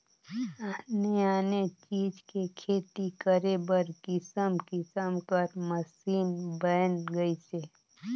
आने आने चीज के खेती करे बर किसम किसम कर मसीन बयन गइसे